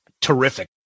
terrific